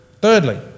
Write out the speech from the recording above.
Thirdly